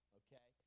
okay